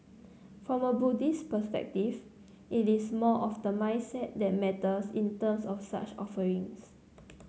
from a Buddhist perspective it is more of the mindset that matters in terms of such offerings